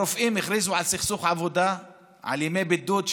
הרופאים הכריזו על סכסוך עבודה על ימי בידוד,